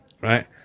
right